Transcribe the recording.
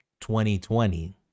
2020